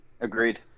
agreed